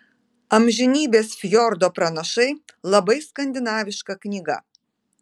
amžinybės fjordo pranašai labai skandinaviška knyga